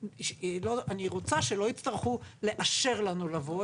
אני רוצה שלא יצטרכו לאשר לנו לבוא,